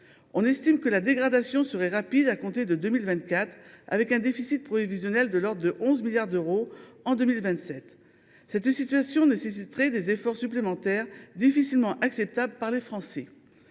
On estime que la dégradation sera rapide à compter de 2024, avec un déficit prévisionnel de l’ordre de 11 milliards d’euros en 2027. Une telle situation nécessiterait des efforts supplémentaires difficilement acceptables par les Français.